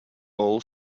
all